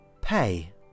Pay